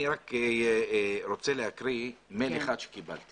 אני רק רוצה להקריא מייל אחד שקיבלתי